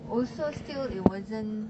also still it wasn't